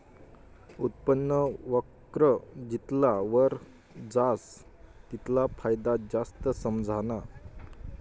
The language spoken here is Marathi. उत्पन्न वक्र जितला वर जास तितला फायदा जास्त समझाना